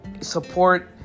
support